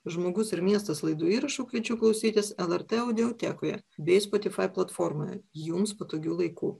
žmogus ir miestas laidų įrašų kviečiu klausytis el er tė audiotekoje bei spotifai platformoje jums patogiu laiku